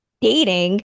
dating